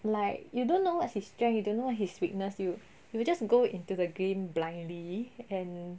like you don't know what's his strength you don't know what his weakness you you just go into the game blindly and